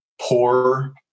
poor